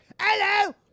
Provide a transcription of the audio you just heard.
Hello